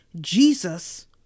Jesus